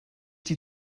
die